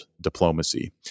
diplomacy